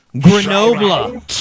Grenoble